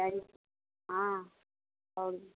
हाँ हो